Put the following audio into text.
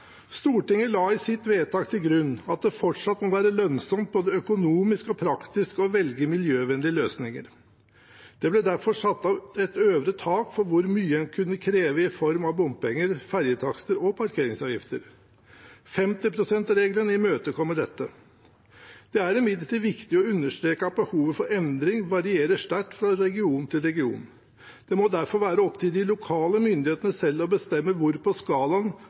Stortinget la i sitt vedtak til grunn at det fortsatt må være lønnsomt både økonomisk og praktisk å velge miljøvennlige løsninger. Det ble derfor satt et øvre tak på hvor mye en kunne kreve i form av bompenger, ferjetakster og parkeringsavgifter. 50 pst.-regelen imøtekommer dette. Det er imidlertid viktig å understreke at behovet for endring varierer sterkt fra region til region. Det må derfor være opp til de lokale myndighetene selv å bestemme hvor på skalaen 0–50 pst. en skal